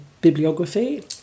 bibliography